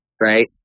right